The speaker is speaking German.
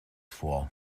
vor